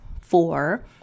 four